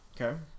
Okay